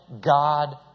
God